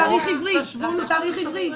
תשוו לתאריך עברי.